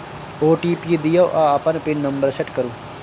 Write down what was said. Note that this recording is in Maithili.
ओ.टी.पी दियौ आ अपन पिन नंबर सेट करु